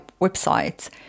websites